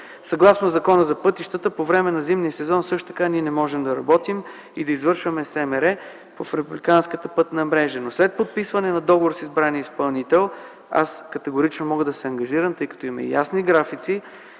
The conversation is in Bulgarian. Съгласно Закона за пътищата по време на зимния сезон също така ние не можем да работим и да извършваме СМР в републиканската пътна мрежа, но след подписване на договор с избрания изпълнител, аз категорично мога да се ангажирам, тъй като имаме ясни графици